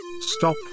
stop